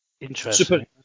Interesting